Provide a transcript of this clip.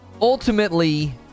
ultimately